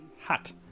hot